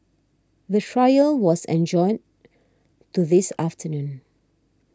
the trial was adjourned to this afternoon